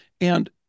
And-